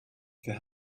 wer